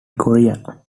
korea